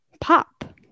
Pop